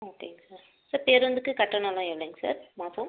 ஓகேங்க sir sir பேருந்துக்கு கட்டணம்லாம் என்னங்க சார் மாசம்